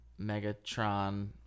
Megatron